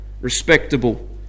respectable